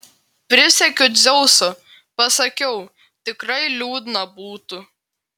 prisiekiu dzeusu pasakiau tikrai liūdna būtų